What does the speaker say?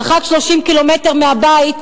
מרחק 30 קילומטר מהבית,